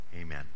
Amen